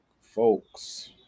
folks